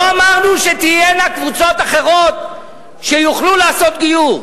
לא אמרנו שתהיינה קבוצות אחרות שיוכלו לעשות גיור,